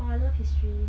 !aww! I love history